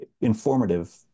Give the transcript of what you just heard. informative